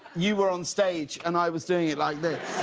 you were on stage, and i was doing it like this.